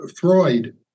Freud